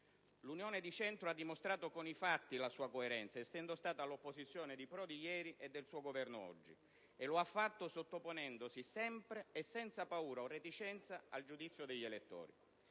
L'Unione di Centro ha dimostrato con i fatti la sua coerenza, essendo stata all'opposizione di Prodi ieri e del suo Governo oggi, e lo ha fatto sottoponendosi sempre e senza paura o reticenza al giudizio degli elettori.